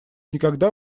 никогда